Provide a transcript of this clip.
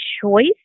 choice